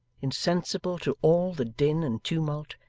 insensible to all the din and tumult,